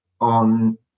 on